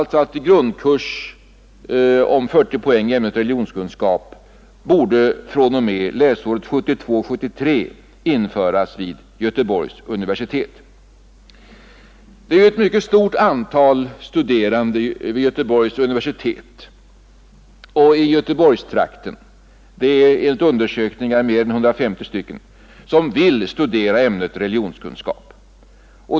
Jag hemställer i motionen att grundkurs AB om 40 poäng i ämnet 37 Ett mycket stort antal studerande vid Göteborgs universitet — enligt undersökningar mer än 150 stycken — vill studera ämnet religionskunskap.